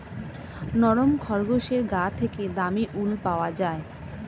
নরম খরগোশের গা থেকে দামী উল পাওয়া যায়